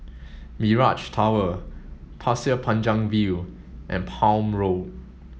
Mirage Tower Pasir Panjang View and Palm Road